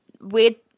wait